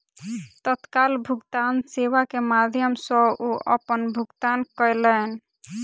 तत्काल भुगतान सेवा के माध्यम सॅ ओ अपन भुगतान कयलैन